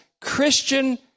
Christian